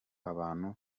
abantu